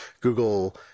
Google